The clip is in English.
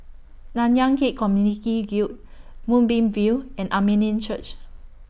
Nanyang Khek Community Guild Moonbeam View and Armenian Church